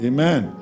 Amen